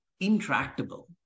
Intractable